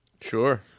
Sure